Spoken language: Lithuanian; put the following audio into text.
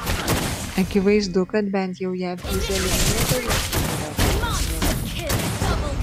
akivaizdu kad bent jau jav dyzelinui nepavyks užkariauti didesnės rinkos